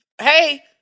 Hey